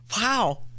Wow